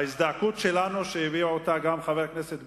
ההזדעקות שלנו, שהביא אותה גם חבר הכנסת ברכה,